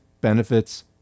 benefits